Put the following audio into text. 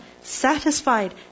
satisfied